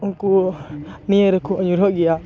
ᱩᱱᱠᱩ ᱱᱤᱭᱟᱹ ᱨᱮᱠᱚ ᱧᱩᱨᱦᱟᱹᱜ ᱜᱮᱭᱟ